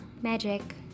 magic